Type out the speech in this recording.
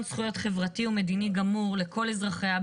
זכויות חברתי ומדיני גמור לכל אזרחיה,